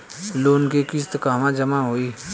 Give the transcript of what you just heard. Loan के किस्त कहवा जामा होयी?